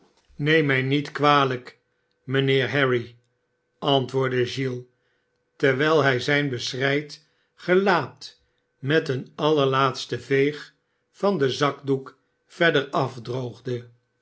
neem mij niet kwalijk mijnheer harry antwoordde giles terwijl hij zijn beschreid gelaat met een laatsten veeg van den zakdoek verder afdroogde